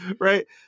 Right